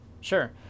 Sure